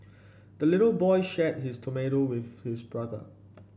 the little boy shared his tomato with his brother